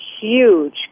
huge